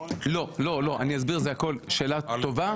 לא, אני אסביר, שאלה טובה.